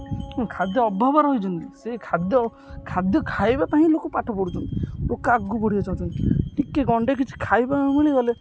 ଖାଦ୍ୟ ଅଭାବାର ରହିଚନ୍ତି ସେ ଖାଦ୍ୟ ଖାଦ୍ୟ ଖାଇବା ପାଇଁ ଲୋକ ପାଠ ପଢ଼ୁଛନ୍ତି ଲୋକ ଆଗକୁ ବଢ଼ିିବାକୁଚାହୁଁଛନ୍ତି ଟିକିଏ ଗଣ୍ଡେ କିଛି ଖାଇବା ମିଳିଗଲେ